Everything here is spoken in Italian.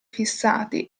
fissati